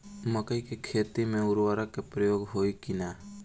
मकई के खेती में उर्वरक के प्रयोग होई की ना?